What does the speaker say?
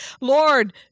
Lord